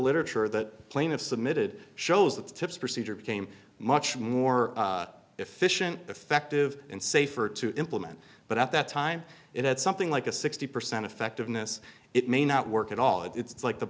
literature that plaintiff submitted shows that the tips procedure became much more efficient effective and safer to implement but at that time it had something like a sixty percent effectiveness it may not work at all it's like the